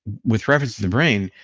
with reference to the brain,